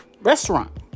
restaurant